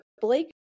Blake